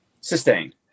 Sustained